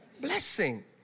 blessing